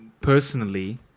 personally